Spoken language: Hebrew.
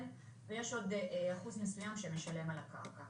ויש עוד אחוז מסוים שמשלם על הקרקע.